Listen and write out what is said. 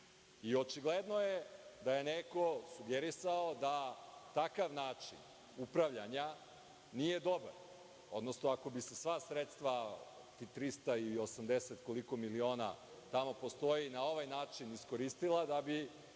Očigledno je da je neko sugerisao da takav način upravljanja nije dobar, odnosno ako bi se sva sredstva, tih 380 miliona, koliko tamo postoji, na ovaj način iskoristila da bi